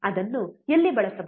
ಅದನ್ನು ಎಲ್ಲಿ ಬಳಸಬಹುದು